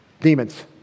Demons